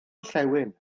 orllewin